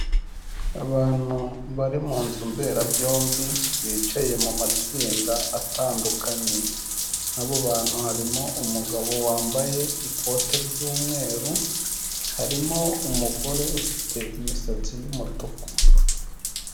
Abantu bari mu nzu mberabyombi bicaye mu matsinda atandukanye, muri abo bantu harimo umugabo wambaye ikote ry'umweru, harimo umugore ufite imisatsi y'umutuku.